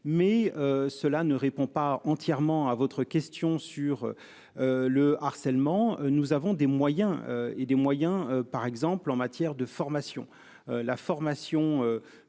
mais cela ne répond pas entièrement à votre question sur. Le harcèlement. Nous avons des moyens et des moyens, par exemple en matière de formation, la formation,